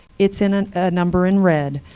it's in a number in red,